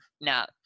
now